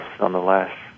nonetheless